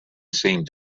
seemed